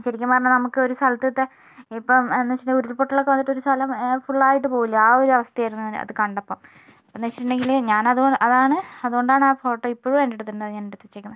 ശരിക്കും പറഞ്ഞാൽ നമുക്ക് ഒരു സ്ഥലത്തത്തെ ഇപ്പം എന്ന് വെച്ചിട്ടുണ്ടെങ്കിൽ ഉരുൾപൊട്ടൽ ഒക്കെ വന്നിട്ട് ഒരു സ്ഥലം ഫുൾ ആയിട്ട് പോകില്ലേ ആ ഒരു അവസ്ഥയായിരുന്നു അത് കണ്ടപ്പം എന്താണെന്ന് വെച്ചിട്ടുണ്ടെങ്കിൽ ഞാൻ അതുകൊ അതാണ് അതുകൊണ്ടാണ് ആ ഫോട്ടോ ഇപ്പോഴും എൻ്റെ അടുത്തുണ്ട് ഞാൻ അത് എടുത്തു വെച്ചിരിക്കുന്നു